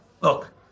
Look